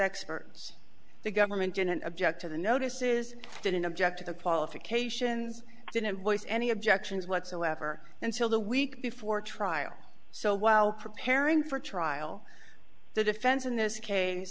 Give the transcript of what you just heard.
experts the government didn't object to the notice is didn't object to the qualifications didn't boys any objections whatsoever until the week before trial so while preparing for trial the defense in this case